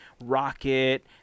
Rocket